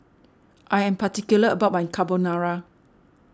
I am particular about my Carbonara